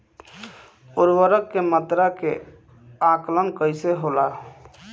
उर्वरक के मात्रा के आंकलन कईसे होला?